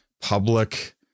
public